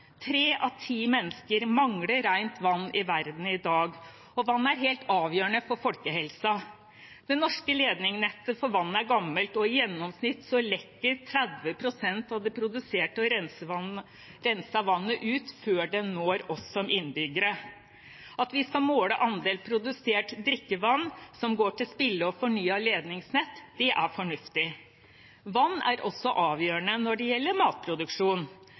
Tre av ti mennesker mangler rent vann i verden i dag, og vann er helt avgjørende for folkehelsen. Det norske ledningsnettet for vann er gammelt, og i gjennomsnitt lekker 30 pst. av det produserte og rensede vannet ut før det når oss innbyggere. At vi skal måle andel produsert drikkevann som går til spille og fornye ledningsnettet, er fornuftig. Vann er også avgjørende når det gjelder matproduksjon.